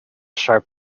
sharp